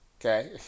Okay